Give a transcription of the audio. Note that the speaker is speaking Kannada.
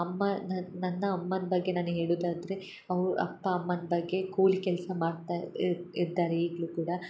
ಅಮ್ಮ ನನ್ನ ಅಮ್ಮನ ಬಗ್ಗೆ ನಾನು ಹೇಳುದಾದರೆ ಅವು ಅಪ್ಪ ಅಮ್ಮನ ಬಗ್ಗೆ ಕೂಲಿ ಕೆಲಸ ಮಾಡ್ತಾ ಇದ್ದಾರೆ ಈಗಲೂ ಕೂಡ